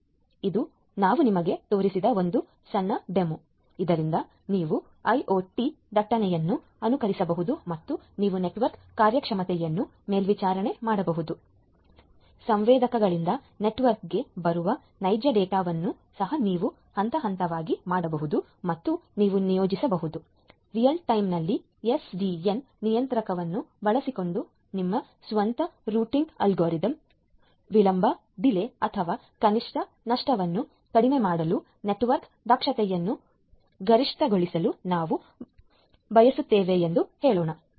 ಆದ್ದರಿಂದ ಇದು ನಾವು ನಿಮಗೆ ತೋರಿಸಿದ ಒಂದು ಸಣ್ಣ ಡೆಮೊ ಇದರಿಂದ ನೀವು ಐಒಟಿ ದಟ್ಟಣೆಯನ್ನು ಅನುಕರಿಸಬಹುದು ಮತ್ತು ನೀವು ನೆಟ್ವರ್ಕ್ ಕಾರ್ಯಕ್ಷಮತೆಯನ್ನು ಮೇಲ್ವಿಚಾರಣೆ ಮಾಡಬಹುದು ಸೆನ್ಸರ್ಗಳಿಂದ ನೆಟ್ವರ್ಕ್ಗೆ ಬರುವ ನೈಜ ಡೇಟಾವನ್ನು ಸಹ ನೀವು ಹಂತ ಹಂತವಾಗಿ ಮಾಡಬಹುದು ಮತ್ತು ನೀವು ನಿಯೋಜಿಸಬಹುದು ನೈಜ ಸಮಯದಲ್ಲಿ ಎಸ್ಡಿಎನ್ ನಿಯಂತ್ರಕವನ್ನು ಬಳಸಿಕೊಂಡು ನಿಮ್ಮ ಸ್ವಂತ ರೂಟಿಂಗ್ ಅಲ್ಗಾರಿದಮ್ ವಿಳಂಬ ಅಥವಾ ಕನಿಷ್ಠ ನಷ್ಟವನ್ನು ಕಡಿಮೆ ಮಾಡಲು ಅಥವಾ ನೆಟ್ವರ್ಕ್ ದಕ್ಷತೆಯನ್ನು ಗರಿಷ್ಠಗೊಳಿಸಲು ನಾವು ಬಯಸುತ್ತೇವೆ ಎಂದು ಹೇಳೋಣ